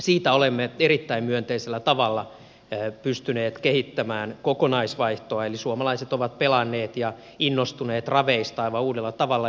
siitä olemme erittäin myönteisellä tavalla pystyneet kehittämään kokonaisvaihtoa eli suomalaiset ovat pelanneet ja innostuneet raveista aivan uudella tavalla